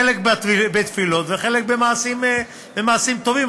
חלק בתפילות וחלק במעשים טובים.